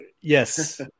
Yes